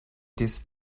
this